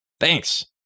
Thanks